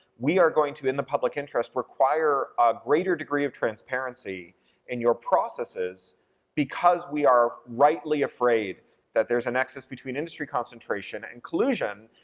we are going to in the public interest require a greater degree of transparency in your processes because we are rightly afraid that there's a nexus between industry concentration and collusion,